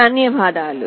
ధన్యవాదాలు